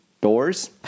doors